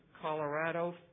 Colorado